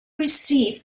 received